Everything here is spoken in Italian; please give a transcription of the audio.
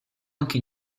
anche